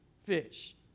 fish